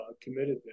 committed